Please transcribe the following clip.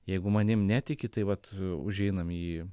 jeigu manim netiki tai vat užeinam į